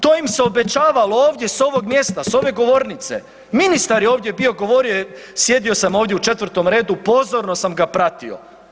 To im se obećavalo ovdje s ovog mjesta, s ove govornice, ministar je ovdje bio govorio je, sjedio sam ovdje u 4 redu pozorno sam ga pratio.